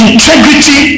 integrity